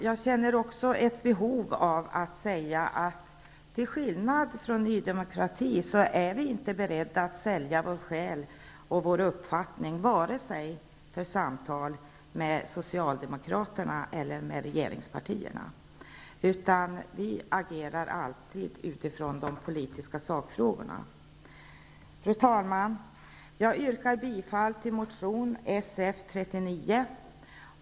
Jag känner vidare ett behov av att klargöra att vi -- till skillnad från Ny demokrati -- inte är beredda att sälja vår själ och vår uppfattning när det gäller samtal vare sig med Socialdemokraterna eller med regeringspartierna. Vi agerar alltid utifrån de politiska sakfrågorna. Fru talman! Jag yrkar bifall till motion Sf39.